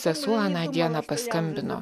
sesuo aną dieną paskambino